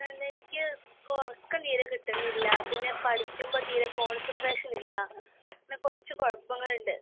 അല്ലെനിക്ക് ഉറക്കം തീരെ കിട്ടുന്നില്ല പിന്നെ പഠിക്കുമ്പോൾ തീരെ കോൺസൺട്രേഷനില്ല പിന്നെ കുറച്ച് കുഴപ്പങ്ങളുണ്ട്